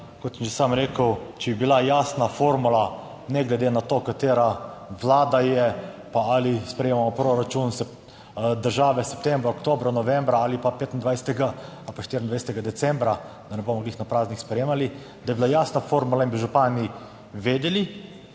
kot sem že sam rekel, če bi bila jasna formula ne glede na to katera vlada je, pa ali sprejemamo proračun države septembra, oktobra, novembra ali pa 25. ali pa 24. decembra, da ne bomo glih na praznik sprejemali, da je bila jasna formula in bi župani vedeli.